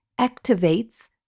activates